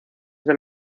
del